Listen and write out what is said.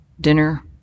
dinner